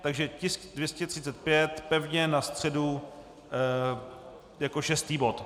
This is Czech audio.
Takže tisk 235 pevně na středu jako šestý bod.